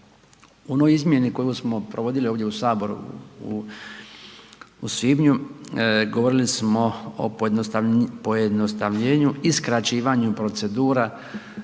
onoj izmjeni koju smo provodili ovdje u Saboru u svibnju govorili smo o pojednostavljenju i skraćivanju procedura